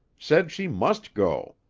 said she must go.